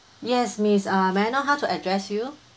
yes miss uh may I know how to address you